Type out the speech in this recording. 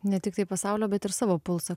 ne tiktai pasaulio bet ir savo pulsą